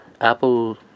apple